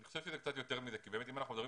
אני חושב שזה קצת יותר מזה כי אם אנחנו מדברים